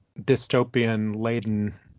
dystopian-laden